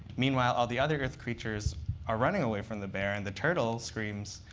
meanwhile, all the other earth creatures are running away from the bear. and the turtle screams,